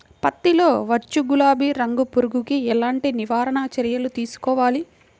పత్తిలో వచ్చు గులాబీ రంగు పురుగుకి ఎలాంటి నివారణ చర్యలు తీసుకోవాలి?